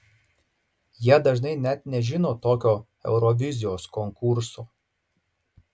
jie dažnai net nežino tokio eurovizijos konkurso